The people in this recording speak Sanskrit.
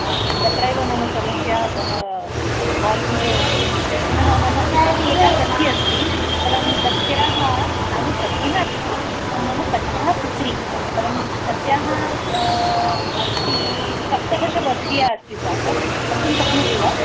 ह तत्रैव मम समस्या अतः अहं काल् कृतवती पुनः मम इतोऽपि एका सखी अस्ति परं तस्याः नाम सखी नास्ति परं मम सख्याः पुत्री परं तस्याः अस्ति सप्तदश वर्षीया अस्ति सात् कर्तुं शक्नोति वा